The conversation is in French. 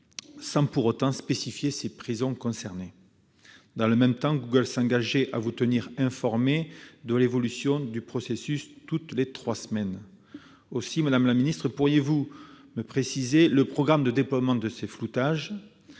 sans pour autant spécifier les prisons concernées. Dans le même temps, Google s'engageait à vous tenir informée de l'évolution du processus toutes les trois semaines. Pourriez-vous nous préciser le programme de déploiement du floutage ?